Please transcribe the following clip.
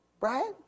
right